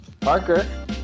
parker